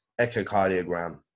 echocardiogram